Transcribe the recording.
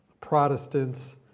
Protestants